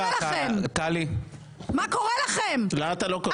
לה אתה לא קורא.